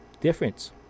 difference